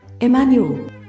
Emmanuel